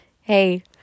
Hey